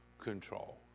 control